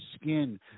skin